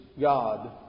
God